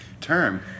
term